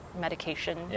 medication